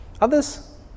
Others